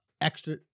extra